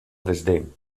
desdén